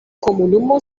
komunumo